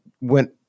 went